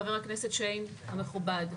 חבר הכנסת שיין המכובד,